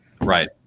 Right